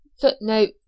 footnote